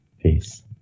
Peace